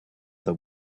that